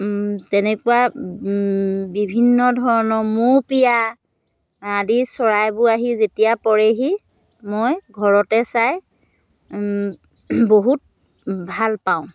তেনেকুৱা বিভিন্ন ধৰণৰ মৌপিয়া আদি চৰাইবোৰ আহি যেতিয়া পৰেহি মই ঘৰতে চাই বহুত ভালপাওঁ